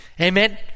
Amen